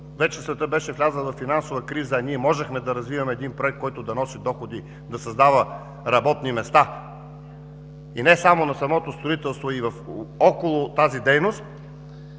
вече беше влязъл във финансова криза, а ние можехме да развиваме един проект, който да носи доходи, да създава работни места и не само на самото строителство, а и около тази дейност,